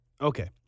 Okay